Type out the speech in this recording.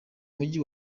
mujyi